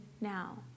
now